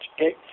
okay